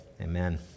Amen